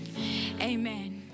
amen